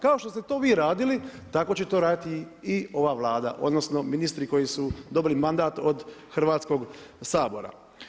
Kao što ste to vi radili, tako će to raditi i ova Vlada, odnosno, ministri koji su dobili mandat od Hrvatskog sabora.